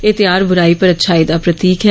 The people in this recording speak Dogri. एह त्यौहार बुराई पर अच्छाई दा प्रतीक ऐ